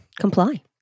Comply